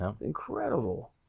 incredible